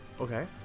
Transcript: Okay